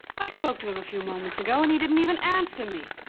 i spoke to him a few moments ago and he didn't even answer me.